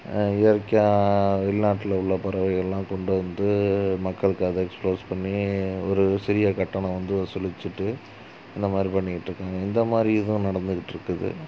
இயற்கையாக வெளிநாட்டில் உள்ள பறவைகள்லாம் கொண்டு வந்து மக்களுக்கு அதை எக்ஸ்ப்ளோஸ் பண்ணி ஒரு சிறிய கட்டணம் வந்து வசூலிச்சுட்டு அந்த மாதிரி பண்ணிக்கிட்டு இருக்காங்க இந்த மாதிரி இதுவும் நடந்துக்கிட்டு இருக்குது